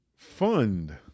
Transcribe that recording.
fund